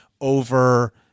over